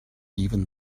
even